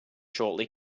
shortly